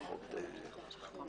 בעניין זה